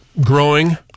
growing